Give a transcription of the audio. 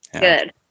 Good